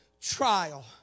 trial